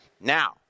Now